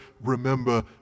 remember